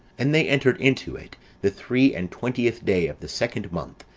and they entered into it the three and twentieth day of the second month,